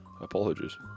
Apologies